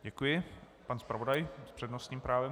Děkuji, pan zpravodaj s přednostním právem.